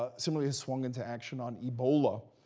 ah similarly swung into action on ebola,